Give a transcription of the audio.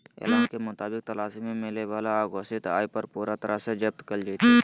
ऐलान के मुताबिक तलाशी में मिलय वाला अघोषित आय पूरा तरह से जब्त कइल जयतय